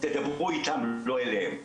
תדברו איתם לא אליהם.